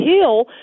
Hill